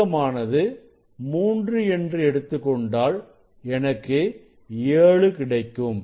விகிதமானது 3 என்று எடுத்துக் கொண்டால் எனக்கு 7 கிடைக்கும்